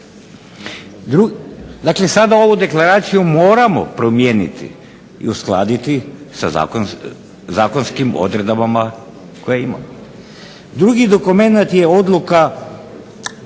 Dakle, sada ovu deklaraciju moramo promijeniti i uskladiti sa zakonskim odredbama koje ima. Drugi dokumenat je prethodna